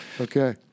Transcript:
Okay